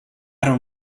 don’t